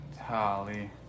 Holly